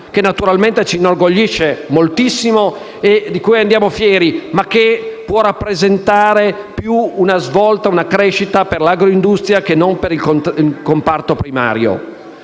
che naturalmente ci inorgoglisce moltissimo e di cui andiamo fieri, ma che può rappresentare una svolta e una crescita più per l’agroindustria che per il comparto primario.